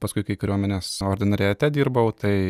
paskui kai kariuomenės ordinariate dirbau tai